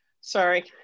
sorry